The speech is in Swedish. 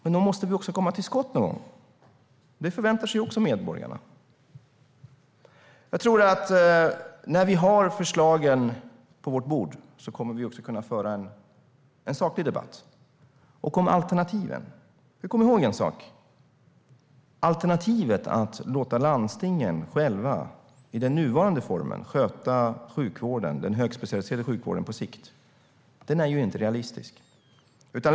Men då måste vi också komma till skott någon gång. Det väntar sig också medborgarna. När vi har förslagen på vårt bord kommer vi också att kunna föra en saklig debatt. Kom ihåg att alternativet att låta landstingen själva i den nuvarande formen sköta den högspecialiserade sjukvården på sikt inte är realistiskt.